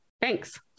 Thanks